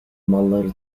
malları